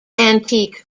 antique